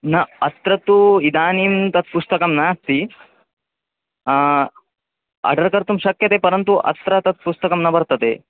न अत्र तु इदानीं तत् पुस्तकं नास्ति आर्डर् कर्तुं शक्यते परन्तु अत्र तत् पुस्तकं न वर्तते